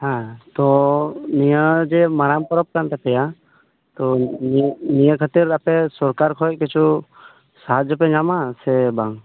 ᱦᱮᱸ ᱛᱳ ᱱᱤᱭᱟᱹ ᱡᱮ ᱢᱟᱨᱟᱝ ᱯᱚᱨᱚᱵᱽ ᱠᱟᱱ ᱛᱟᱯᱮᱭᱟ ᱛᱳ ᱱᱤᱭᱟᱹ ᱱᱤᱭᱟᱹ ᱠᱷᱟᱹᱛᱤᱨ ᱟᱯᱮ ᱥᱚᱨᱠᱟᱨ ᱠᱷᱚᱱ ᱠᱤᱪᱷᱩ ᱥᱟᱦᱟᱡᱡᱚ ᱯᱮ ᱧᱟᱢᱟ ᱥᱮ ᱵᱟᱝ